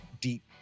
deep